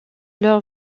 leur